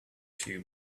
few